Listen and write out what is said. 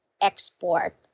export